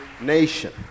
nation